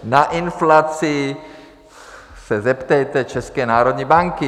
Na inflaci se zeptejte České národní banky.